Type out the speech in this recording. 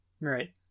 Right